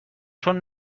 چون